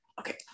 Okay